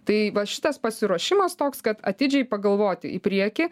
tai va šitas pasiruošimas toks kad atidžiai pagalvoti į priekį